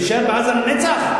שנישאר בעזה לנצח?